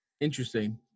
Interesting